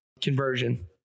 conversion